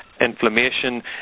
inflammation